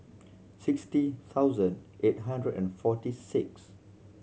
sixty thousand eight hundred and forty six